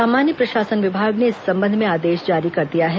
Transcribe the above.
सामान्य प्रशासन विभाग ने इस संबंध में आदेश जारी कर दिया है